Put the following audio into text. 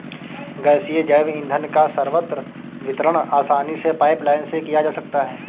गैसीय जैव ईंधन का सर्वत्र वितरण आसानी से पाइपलाईन से किया जा सकता है